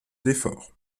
d’efforts